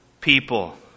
people